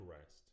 rest